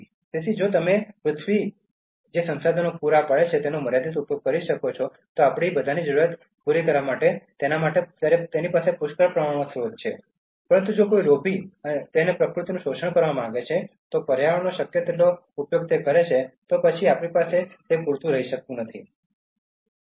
તેથી જો તમે પૃથ્વી જે સંસાધનો પૂરા પાડે છે તેનો મર્યાદિત ઉપયોગ કરી શકો છો તો આપણી બધાની જરૂરિયાત પૂરી કરવા માટે આપણી પાસે પુષ્કળ પ્રમાણમાં હશે પરંતુ જો કોઈ લોભી છે અને પ્રકૃતિનું શોષણ કરવા માંગે છે તે પર્યાવરણનો શક્ય તેટલો ઉપયોગ કરે તો પછી બધા આપણી પાસે પૂરતું નથી તે સૂચવે છે